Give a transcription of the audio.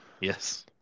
Yes